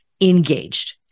engaged